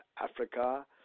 Africa